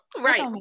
right